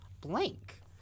blank